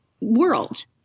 world